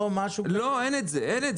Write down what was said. לא, אין את זה.